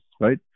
right